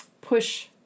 push